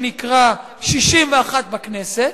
שנקרא "61 בכנסת",